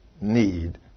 need